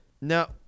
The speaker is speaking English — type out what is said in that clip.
No